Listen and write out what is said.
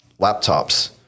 laptops